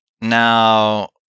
now